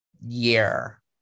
year